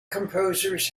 composers